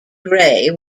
gray